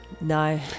No